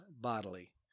bodily